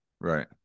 Right